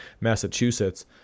Massachusetts